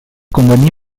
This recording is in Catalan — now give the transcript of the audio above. convenir